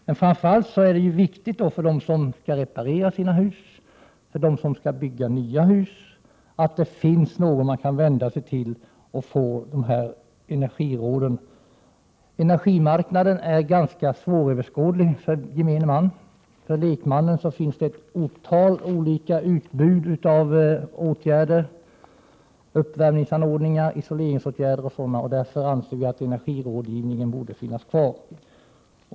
Det är viktigt framför allt för dem som skall reparera sina hus och dem som skall bygga nya hus att det finns en instans att vända sig till för att få energiråd. Energimarknaden är ganska svåröverskådlig för gemene man. För en lekman finns det ett otal olika utbud av åtgärder — uppvärmningsanordningar, isoleringsåtgärder etc. Därför anser vi att energirådgivningen borde finnas kvar.